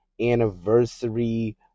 anniversary